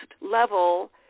level